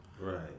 Right